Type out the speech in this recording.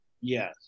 Yes